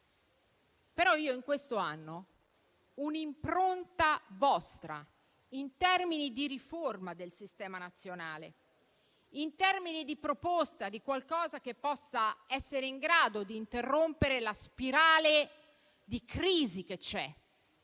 Però in questo anno una vostra impronta in termini di riforma del sistema nazionale, di proposta di qualcosa che possa essere in grado di interrompere la spirale di crisi che c'è,